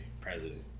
President